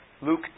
Luke